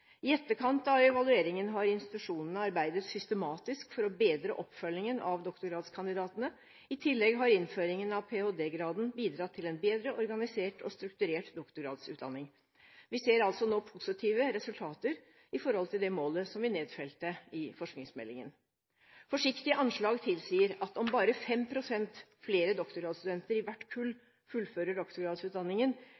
I etterkant av evalueringen har institusjonene arbeidet systematisk for å bedre oppfølgingen av doktorgradskandidatene. I tillegg har innføringen av ph.d.-graden bidratt til en bedre organisert og strukturert doktorgradsutdanning. Vi ser altså nå positive resultater med hensyn til det målet som vi nedfelte i forskningsmeldingen. Forsiktige anslag tilsier at om bare 5 pst. flere doktorgradsstudenter i hvert kull